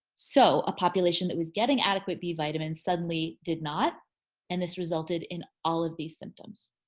so a population that was getting adequate b vitamins suddenly did not and this resulted in all of these symptoms.